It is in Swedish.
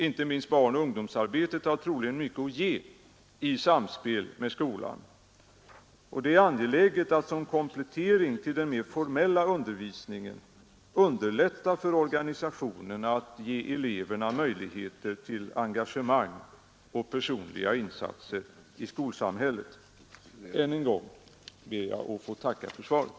Inte minst barnoch ungdomsarbetet har troligen mycket att ge i samspel med skolan, och det är angeläget att som komplettering till den mer formella undervisningen underlätta för organisationerna att ge eleverna möjligheter till engagemang och personliga insatser i skolsamhället. Än en gång ber jag att få tacka för svaret.